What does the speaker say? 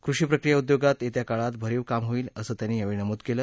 कृषी प्रक्रीया उद्योगात येत्या काळात भरीव काम होईल असं त्यांनी यावेळी नमुद केलं